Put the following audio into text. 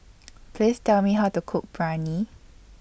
Please Tell Me How to Cook Biryani